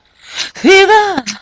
Fever